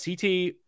CT